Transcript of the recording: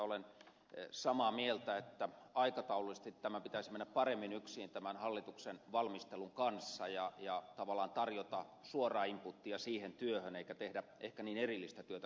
olen samaa mieltä että aikataulullisesti tämän pitäisi mennä paremmin yksiin tämän hallituksen valmistelun kanssa ja tavallaan tarjota suoraa inputia siihen työhön eikä tehdä ehkä niin erillistä työtä kuin tällä kertaa